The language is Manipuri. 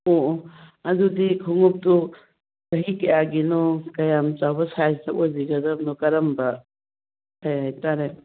ꯑꯣ ꯑꯣ ꯑꯗꯨꯗꯤ ꯈꯣꯡꯎꯞꯇꯨ ꯆꯍꯤ ꯀꯌꯥꯒꯤꯅꯣ ꯀꯌꯥꯝ ꯆꯥꯎꯕ ꯁꯥꯏꯁꯇ ꯑꯣꯏꯕꯤꯒꯗꯕꯅꯣ ꯀꯔꯝꯕ ꯀꯩ ꯍꯥꯏꯇꯥꯔꯦ